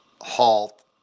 halt